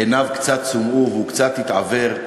עיניו קצת סומאו והוא קצת התעוור.